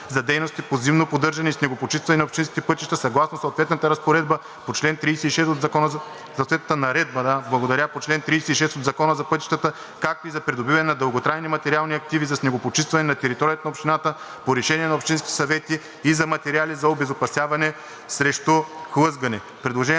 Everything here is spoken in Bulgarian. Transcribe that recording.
за дейностите по зимно поддържане и снегопочистване на общинските пътища съгласно съответната наредба по чл. 36 от Закона за пътищата, както и за придобиване на дълготрайни материални активи за снегопочистване на територията на общината по решения на общинските съвети и за материали за обезопасяване срещу хлъзгане.“